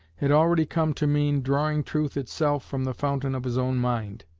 had already come to mean drawing truth itself from the fountain of his own mind.